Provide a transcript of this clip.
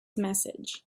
message